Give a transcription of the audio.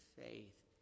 faith